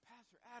Pastor